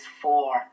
four